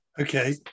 Okay